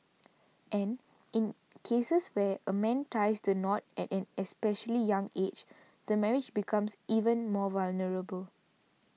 and in cases where a man ties the knot at an especially young age the marriage becomes even more vulnerable